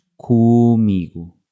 comigo